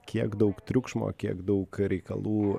kiek daug triukšmo kiek daug reikalų